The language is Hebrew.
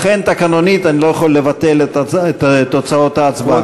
לכן, תקנונית, אני לא יכול לבטל את תוצאות ההצבעה.